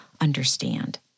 understand